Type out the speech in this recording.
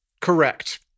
Correct